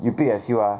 you pick a skill ah